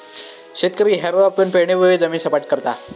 शेतकरी हॅरो वापरुन पेरणीपूर्वी जमीन सपाट करता